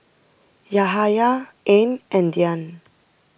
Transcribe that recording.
Yahaya Ain and Dian